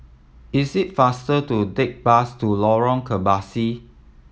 is it faster to take the bus to Lorong Kebasi